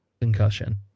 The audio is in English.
concussion